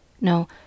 No